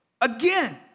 again